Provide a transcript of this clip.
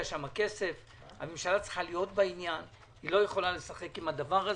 אני שמח שעודד פלוס הביא את הדברים.